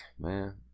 man